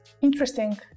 Interesting